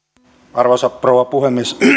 arvoisa rouva puhemies